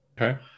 okay